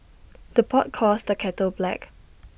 the pot calls the kettle black